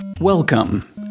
Welcome